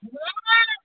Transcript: hello